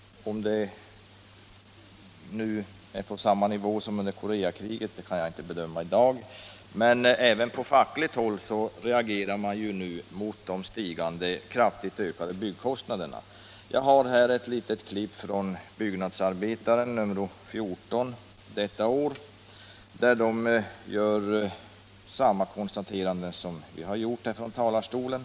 Om ökningen nu ligger på samma nivå som under Koreakriget kan jag inte bedöma i dag, men även på fackligt håll reagerar man mot de stigande byggkostnaderna. / Jag har här ett litet klipp ur Byggnadsarbetaren nr 14, 1977. Där gör tidningen samma konstateranden som vi gjort här från talarstolen.